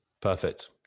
Perfect